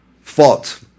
fought